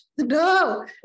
no